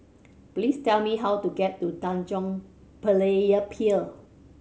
please tell me how to get to Tanjong Berlayer Pier